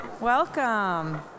Welcome